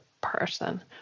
person